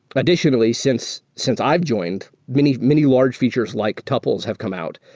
additionally, since since i've joined, many many large features like tuples have come out,